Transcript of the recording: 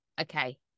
Okay